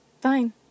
Fine